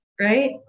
Right